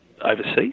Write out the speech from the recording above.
overseas